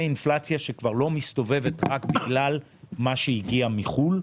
אינפלציה שכבר לא מסתובבת רק בגלל מה שהגיע מחו"ל,